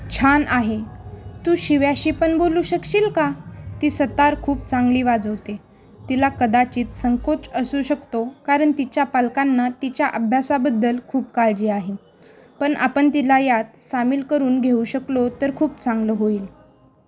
छान आहे तू शिव्याशी पण बोलू शकशील का ती सतार खूप चांगली वाजवते तिला कदाचित संकोच असू शकतो कारण तिच्या पालकांना तिच्या अभ्यासाबद्दल खूप काळजी आहे पण आपण तिला यात सामील करून घेऊ शकलो तर खूप चांगलं होईल